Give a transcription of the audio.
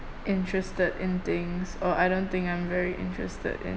interested in things or I don't think I'm very interested in